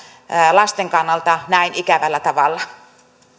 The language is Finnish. lasten kannalta näin ikävällä tavalla